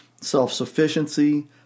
self-sufficiency